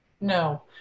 no